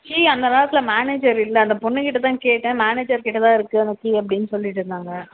key அந்த நேரத்தில் manager இல்லை அந்த பொண்ணு கிட்டே தான் கேட்டேன் மேனேஜர் கிட்ட தான் இருக்குது அந்த கீ அப்டின்னு சொல்லிகிட்டுருந்தாங்க